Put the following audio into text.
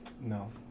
No